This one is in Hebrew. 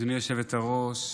אדוני היושבת-ראש,